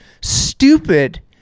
stupid